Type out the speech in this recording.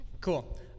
Cool